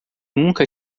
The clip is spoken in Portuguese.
nunca